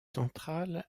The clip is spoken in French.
centrale